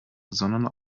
sondern